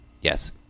Yes